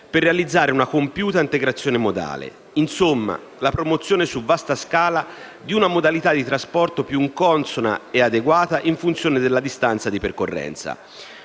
per realizzare una compiuta integrazione modale; insomma, la promozione su vasta scala di una modalità di trasporto più consona e adeguata in funzione della distanza di percorrenza.